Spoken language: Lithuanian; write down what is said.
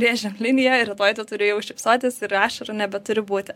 brėžiam liniją rytoj tu turi jau šypsotis ir ašarų nebeturi būti